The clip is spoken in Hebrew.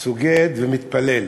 סוגד ומתפלל,